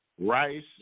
rice